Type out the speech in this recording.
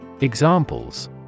Examples